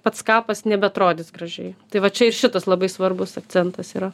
pats kapas nebeatrodys gražiai tai va čia ir šitas labai svarbus akcentas yra